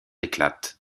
éclate